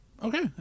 Okay